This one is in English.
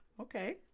Okay